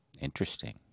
interesting